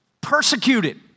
persecuted